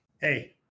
Hey